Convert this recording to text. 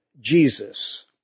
Jesus